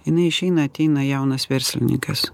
jinai išeina ateina jaunas verslininkas